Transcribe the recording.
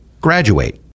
graduate